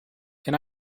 can